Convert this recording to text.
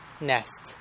nest